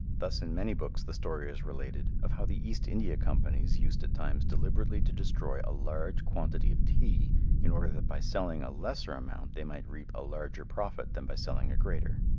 thus in many books the story is related of how the east india companies used at times deliberately to destroy a large quantity of tea in order that by selling a lesser amount they might reap a larger profit than by selling a greater.